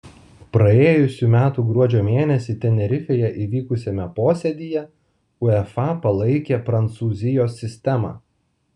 praėjusių metų gruodžio mėnesį tenerifėje įvykusiame posėdyje uefa palaikė prancūzijos sistemą